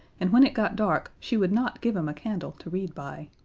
and when it got dark she would not give him a candle to read by.